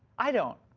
i don't.